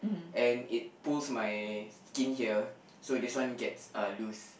and it pulls my skin here so this one gets uh loose